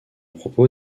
propos